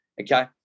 okay